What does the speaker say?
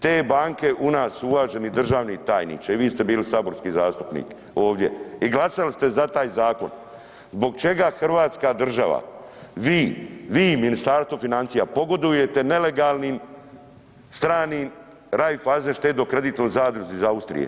Te banke u nas, uvaženi državni tajniče i vi ste bili saborski zastupnik ovdje i glasali ste za taj zakon, zbog čega Hrvatska država, vi, vi Ministarstvo financija pogodujete nelegalnim stranim Raiffeisen štedno kreditnoj zadruzi iz Austrije?